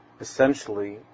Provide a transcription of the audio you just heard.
essentially